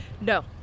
No